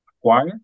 acquire